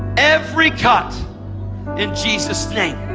every cut in jesus' name.